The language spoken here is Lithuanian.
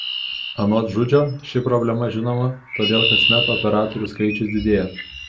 anot žudžio ši problema žinoma todėl kasmet operatorių skaičius didėja